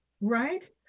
Right